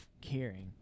caring